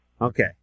okay